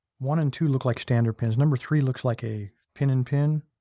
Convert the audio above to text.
one and two, look like standard pins. number three looks like a pin in pin.